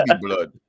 blood